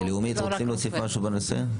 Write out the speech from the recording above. לאומית, רוצים להוסיף משהו בנושא?